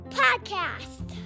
podcast